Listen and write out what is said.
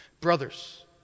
brothers